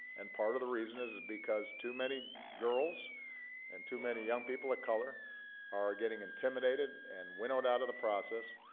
and part of the reason is because too many girls and too many young people of color are getting intimidated and winnowed out of the process,